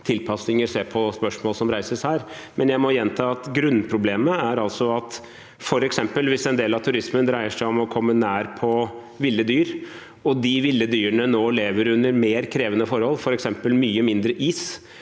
tilpasninger, se på spørsmål som reises her. Men jeg må gjenta at grunnproblemet er f.eks. at hvis en del av turismen dreier seg om å komme nær ville dyr, og de ville dyrene nå lever under mer krevende forhold, f.eks. mye mindre is